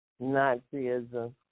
Nazism